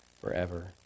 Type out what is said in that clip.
forever